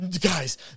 guys